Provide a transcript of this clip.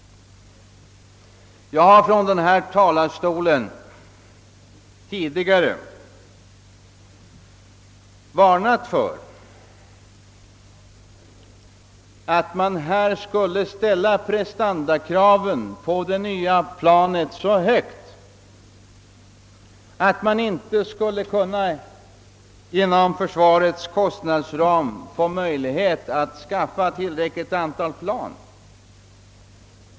Jag har från denna talarstol tidigare varnat för att man skulle ställa prestandakraven på det nya planet så högt att man inte inom försvarets kostnadsram skulle få möjlighet att skaffa tillräckligt antal plan.